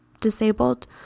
disabled